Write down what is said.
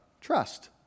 trust